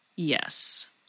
Yes